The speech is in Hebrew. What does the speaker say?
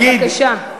בבקשה.